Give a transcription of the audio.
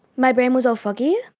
my brain was all foggy.